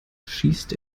schießt